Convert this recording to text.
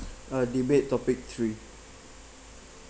uh debate topic three